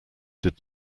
did